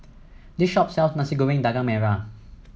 this shop sells Nasi Goreng Daging Merah